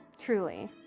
Truly